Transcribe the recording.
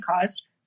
caused